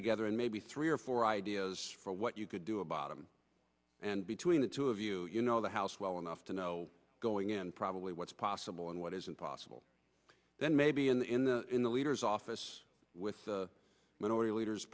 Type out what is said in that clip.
together and maybe three or four ideas for what you could do a bottom and between the two of you you know the house well enough to know going in probably what's possible and what isn't possible then maybe in the in the in the leader's office with